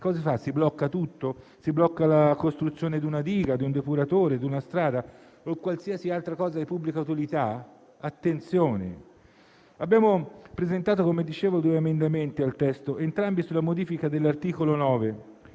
cosa si fa? Si blocca tutto? Si blocca la costruzione di una diga, di un depuratore, di una strada o qualsiasi altra infrastruttura di pubblica utilità? Attenzione. Abbiamo presentato due emendamenti al testo, entrambi recanti modifiche all'articolo 9,